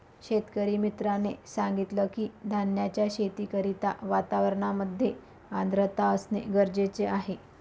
शेतकरी मित्राने सांगितलं की, धान्याच्या शेती करिता वातावरणामध्ये आर्द्रता असणे गरजेचे आहे